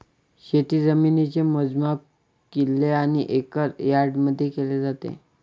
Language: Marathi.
शेतजमिनीचे मोजमाप किल्ले आणि एकर यार्डमध्ये केले जाते